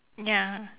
ya